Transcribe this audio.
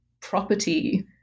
property